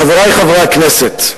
חברי חברי הכנסת,